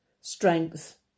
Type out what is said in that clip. strength